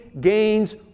gains